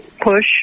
push